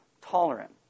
tolerant